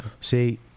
See